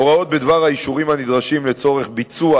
הוראות בדבר האישורים הנדרשים לביצוע